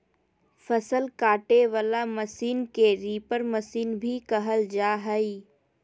फसल काटे वला मशीन के रीपर मशीन भी कहल जा हइ